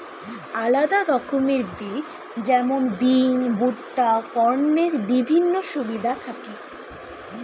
আলাদা রকমের বীজ যেমন বিন, ভুট্টা, কর্নের বিভিন্ন সুবিধা থাকি